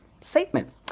statement